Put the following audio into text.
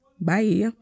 Bye